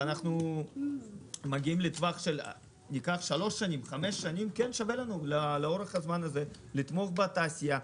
אז גם אם מגיעים לטווח של שלוש או חמש שנים שווה לנו לתמוך בתעשייה.